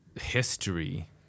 history